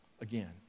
again